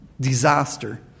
disaster